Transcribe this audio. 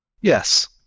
yes